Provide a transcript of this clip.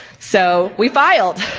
so we filed.